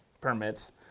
permits